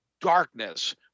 darkness